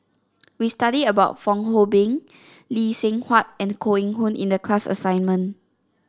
we studied about Fong Hoe Beng Lee Seng Huat and Koh Eng Hoon in the class assignment